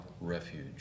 refuge